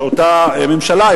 אותה ממשלה,